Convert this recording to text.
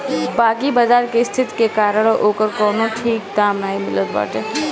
बाकी बाजार के स्थिति के कारण ओकर कवनो ठीक दाम नाइ मिलत बाटे